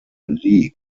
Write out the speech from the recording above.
league